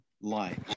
life